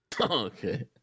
Okay